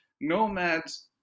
nomads